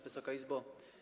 Wysoka Izbo!